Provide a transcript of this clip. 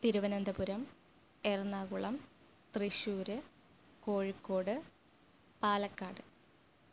Thiruvananthapuram Ernakulam Thrissur Kozhikode Palakkad